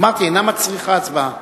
אמרתי, אינה מצריכה הצבעה.